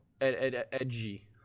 edgy